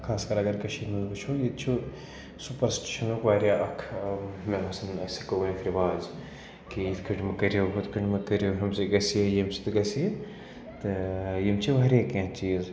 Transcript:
خاص کَر اگر کٔشیٖر منٛز وٕچھو ییٚتہِ چھُ سُپرسٹِشَنُک واریاہ اَکھ مےٚ باسان أسۍ ہیٚکو ؤنِتھ رِواز کہِ یِتھ کٔنۍ مہٕ کٔرِو ہُتھ کٔنۍ مہٕ کٔرِو ہُمہِ سۭتۍ گژھِ یہِ ییٚمہِ سۭتۍ گَژھِ یہِ تہٕ یِم چھِ واریاہ کینٛہہ چیٖز